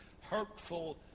hurtful